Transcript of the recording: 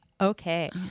okay